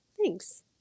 thanks